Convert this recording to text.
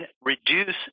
reduce